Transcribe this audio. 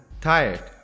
tired